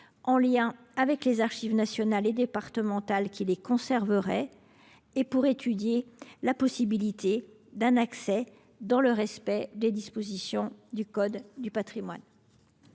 en lien avec les archives nationales et départementales qui les conserveraient, et pour étudier la possibilité d’y accéder dans le respect du code du patrimoine.